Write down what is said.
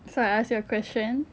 so I ask you a question